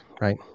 right